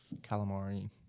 calamari